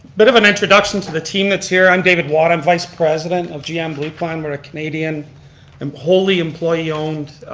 bit of an introduction to the team that's here. i'm david watt, i'm vice president of gm blueplan, we're a canadian and wholly employee owned